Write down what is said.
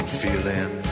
feeling